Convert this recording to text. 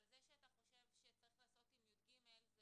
אבל זה שאתה חושב שצריך לעשות עם י"ג זה